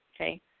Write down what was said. Okay